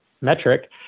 metric